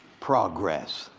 progress,